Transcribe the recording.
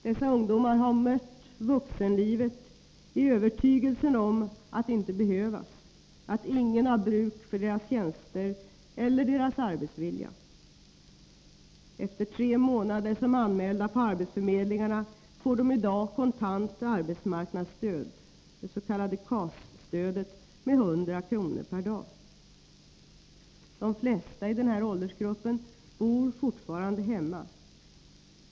Dessa ungdomar har mött vuxenlivet i övertygelsen om att inte behövas, att ingen har bruk för deras tjänster eller deras arbetsvilja. Efter tre månader som anmälda för arbetsförmedlingarna får de i dag kontant arbetsmarknadsstöd, det s.k. KAS-stödet, med 100 kr. per dag. De flesta i den här åldersgruppen bor fortfarande hemma.